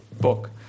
book